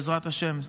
בעזרת השם,